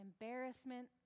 embarrassment